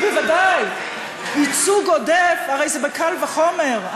ודאי, ייצוג עודף הרי זה קל וחומר.